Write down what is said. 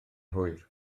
hwyr